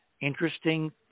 interesting